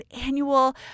annual